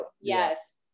yes